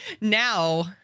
Now